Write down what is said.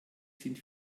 sind